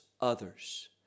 others